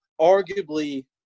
arguably